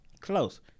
close